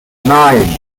nine